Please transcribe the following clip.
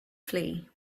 flee